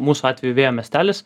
mūsų atveju vėjo miestelis